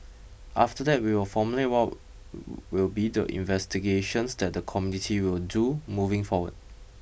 after that we will formulate what will be the investigations that the committee will do moving forward